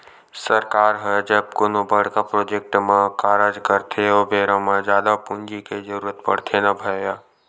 सरकार ह जब कोनो बड़का प्रोजेक्ट म कारज करथे ओ बेरा म जादा पूंजी के जरुरत पड़थे न भैइया